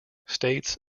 states